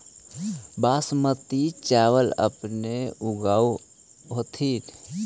बासमती चाबल अपने ऊगाब होथिं?